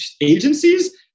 agencies